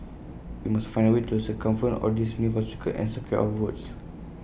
we must find A way to circumvent all these new obstacles and secure our votes